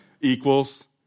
equals